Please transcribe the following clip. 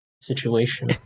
situation